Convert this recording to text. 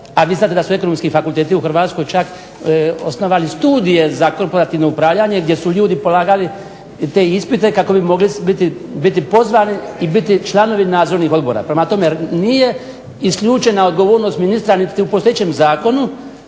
a vi znate da su ekonomski fakulteti u Hrvatskoj čak osnovali studije za korporativno upravljanje gdje su ljudi polagali te ispite kako bi mogli biti pozvani i biti članovi nadzornih odbora. Prema tome, nije isključena odgovornost ministra niti u postojećem zakonu,